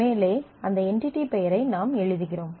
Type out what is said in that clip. மேலே அந்த என்டிடி பெயரை நாம் எழுதுகிறோம்